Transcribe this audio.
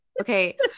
Okay